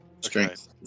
Strength